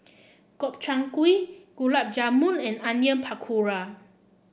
Gobchang Gulab Jamun and Onion Pakora